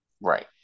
Right